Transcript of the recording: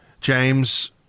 James